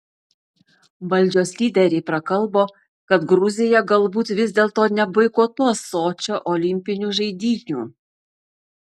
valdžios lyderiai prakalbo kad gruzija galbūt vis dėlto neboikotuos sočio olimpinių žaidynių